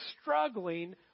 struggling